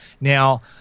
Now